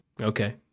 Okay